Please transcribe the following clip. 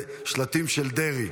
לשלטים של דרעי.